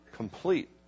complete